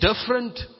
different